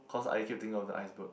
cause I keep thinking of the iceberg